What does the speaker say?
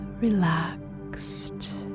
relaxed